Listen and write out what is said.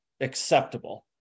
acceptable